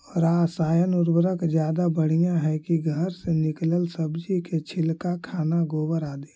रासायन उर्वरक ज्यादा बढ़िया हैं कि घर से निकलल सब्जी के छिलका, खाना, गोबर, आदि?